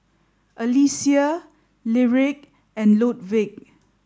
Alesia Lyric and Ludwig